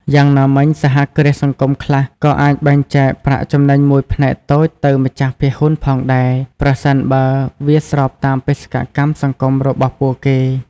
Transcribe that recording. យ៉ាងណាមិញ សហគ្រាសសង្គមខ្លះក៏អាចបែងចែកប្រាក់ចំណេញមួយផ្នែកតូចទៅម្ចាស់ភាគហ៊ុនផងដែរ ប្រសិនបើវាស្របតាមបេសកកម្មសង្គមរបស់ពួកគេ ។